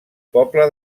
poble